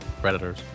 predators